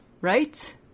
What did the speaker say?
right